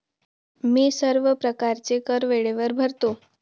मी सर्व प्रकारचे कर वेळेवर भरतो